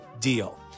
deal